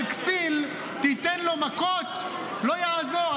אבל כסיל, תיתן לו מכות, לא יעזור.